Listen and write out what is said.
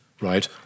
right